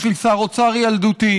יש לי שר אוצר ילדותי,